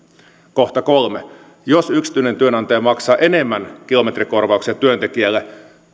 kohta kolme jos yksityinen työnantaja maksaa enemmän kilometrikorvauksia työntekijälle työntekijä maksaa osan